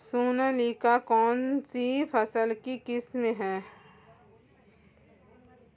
सोनालिका कौनसी फसल की किस्म है?